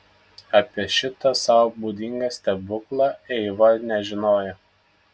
apie šitą sau būdingą stebuklą eiva nežinojo